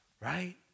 right